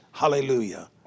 Hallelujah